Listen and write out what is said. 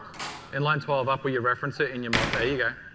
in line twelve, up where you reference it in your model. there you go.